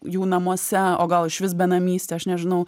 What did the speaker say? jų namuose o gal išvis benamystė aš nežinau